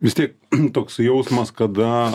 vis tiek toks jausmas kada